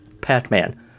Pac-Man